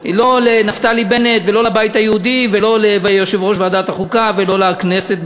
לא נפתלי בנט ולא הבית היהודי ולא יושב-ראש ועדת החוקה ולא הכנסת,